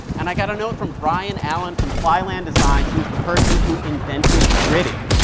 and i got a note from brian allen from flyland designs, who is the person who invented gritty.